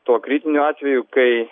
tuo kritiniu atveju kai